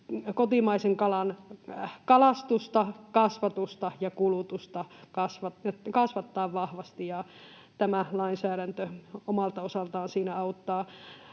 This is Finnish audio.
kotimaisen kalan kalastusta, kasvatusta ja kulutusta kasvattaa vahvasti, ja tämä lainsäädäntö omalta osaltaan siinä auttaa.